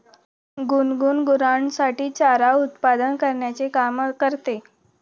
गुनगुन गुरांसाठी चारा उत्पादन करण्याचे काम करते